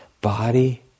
Body